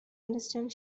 understand